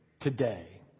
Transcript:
today